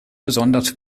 besonders